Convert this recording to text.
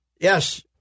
Yes